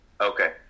Okay